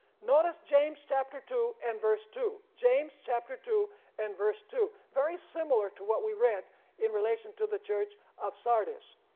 notice james chapter two and verse two james chapter two and verse two, very similar to what we read in relation to the church of sardis.